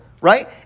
right